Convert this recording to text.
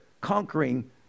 conquering